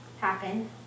happen